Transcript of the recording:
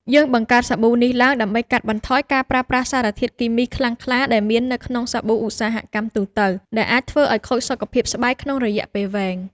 យើងបង្កើតសាប៊ូនេះឡើងដើម្បីកាត់បន្ថយការប្រើប្រាស់សារធាតុគីមីខ្លាំងក្លាដែលមាននៅក្នុងសាប៊ូឧស្សាហកម្មទូទៅ ដែលអាចធ្វើឱ្យខូចសុខភាពស្បែកក្នុងរយៈពេលវែង។